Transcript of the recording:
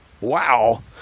Wow